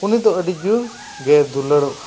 ᱩᱱᱤ ᱫᱚ ᱟᱹᱰᱤ ᱡᱳᱨᱜᱮ ᱫᱩᱞᱟᱹᱲᱚᱜᱼᱟᱭ